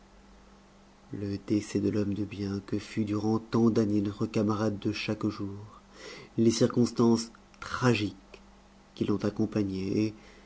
le décès de l'homme de bien que fut durant tant d'années notre camarade de chaque jour les circonstances tragiques qui l'ont accompagné